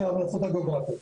של ההמלצות הגיאוגרפיות.